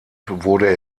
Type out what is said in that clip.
wurde